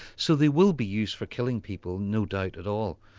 so they will be used for killing people, no doubt at all.